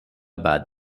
ବାଟ